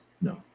No